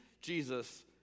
Jesus